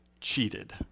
cheated